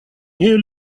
нею